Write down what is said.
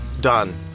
Done